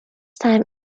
time